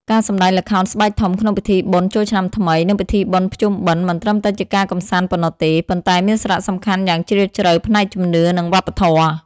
ការសម្តែងល្ខោនស្បែកធំក្នុងពិធីបុណ្យចូលឆ្នាំថ្មី និងពិធីបុណ្យភ្ជុំបិណ្ឌ មិនត្រឹមតែជាការកម្សាន្តប៉ុណ្ណោះទេ ប៉ុន្តែមានសារៈសំខាន់យ៉ាងជ្រាលជ្រៅផ្នែកជំនឿ និងវប្បធម៌។